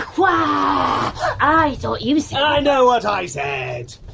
um ah i thought you said i know what i said.